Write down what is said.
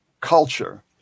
culture